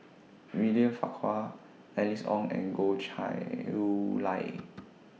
William Farquhar Alice Ong and Goh Chiew Lye